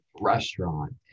restaurant